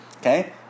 okay